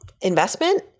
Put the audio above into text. investment